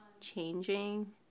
changing